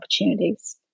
opportunities